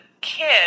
kid